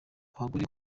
abagore